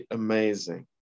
amazing